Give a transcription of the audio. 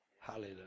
Hallelujah